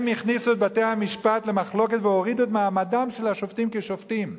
הם הכניסו את בתי-המשפט למחלוקת והורידו את מעמדם של השופטים כשופטים.